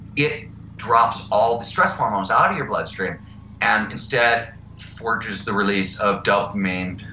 it drops all the stress hormones out of your bloodstream and instead forces the release of dopamine,